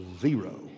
Zero